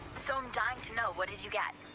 so, i'm dying to know. what did you get?